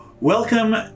Welcome